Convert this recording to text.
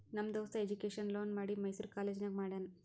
ನಮ್ ದೋಸ್ತ education loan ಮಾಡಿ ಮೈಸೂರು ನಾಗ್ ಕಾಲೇಜ್ ಮಾಡ್ಯಾನ್